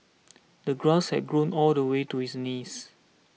the grass had grown all the way to his knees